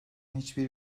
hiçbir